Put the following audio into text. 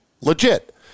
legit